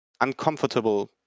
uncomfortable